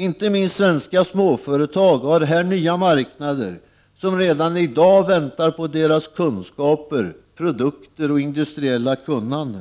Inte minst svenska småföretag har här nya marknader, som redan i dag väntar på deras kunskaper, produkter och industriella kunnande.